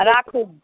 राखू